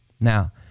Now